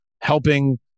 helping